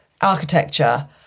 architecture